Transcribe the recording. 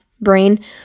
brain